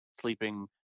Sleeping